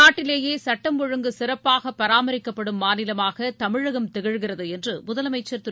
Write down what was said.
நாட்டிலேயே சட்டம் ஒழுங்கு சிறப்பாக பராமரிக்கப்படும் மாநிலமாக தமிழகம் திகழ்கிறது என்று முதலமைச்சர் திரு